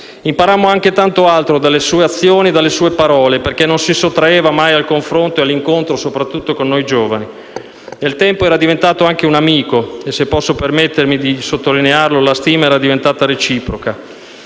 Imparammo anche tanto altro dalle sue azioni e dalle sue parole, perché non si sottraeva mai al confronto e all'incontro, soprattutto con noi giovani. Nel tempo era diventato anche un amico e - se posso permettermi di sottolinearlo - la stima era diventata reciproca.